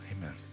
Amen